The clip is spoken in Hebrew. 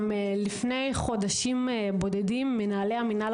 לפני חודשים בודדים כעשרים מנהלי המינהל